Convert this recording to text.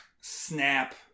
snap